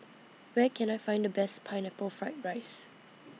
Where Can I Find The Best Pineapple Fried Rice